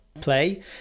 play